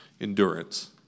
endurance